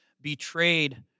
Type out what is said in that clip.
betrayed